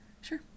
Sure